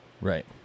Right